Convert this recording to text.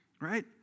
right